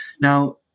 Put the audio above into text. now